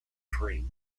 tree